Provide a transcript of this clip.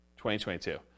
2022